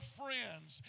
friends